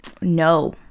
No